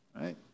right